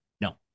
No